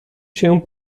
się